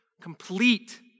complete